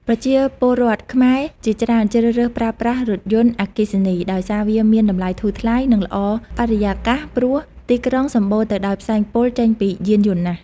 ប្រជាពលរដ្ឋខ្មែរជាច្រើនជ្រើសរើសប្រើប្រាស់រថយន្តអគ្គីសនី ដោយសារវាមានតម្លៃធូរថ្លៃ និងល្អបរិយាស ព្រោះទីក្រុងសម្បូរទៅដោយផ្សែងពុលចេញពីយានយន្តណាស់។